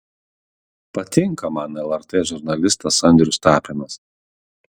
patinka man lrt žurnalistas andrius tapinas